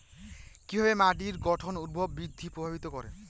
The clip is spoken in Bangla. কিভাবে মাটির গঠন উদ্ভিদ বৃদ্ধি প্রভাবিত করে?